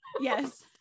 Yes